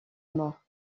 mort